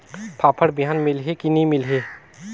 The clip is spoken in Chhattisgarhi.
फाफण बिहान मिलही की नी मिलही?